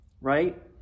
right